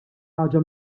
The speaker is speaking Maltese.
ħaġa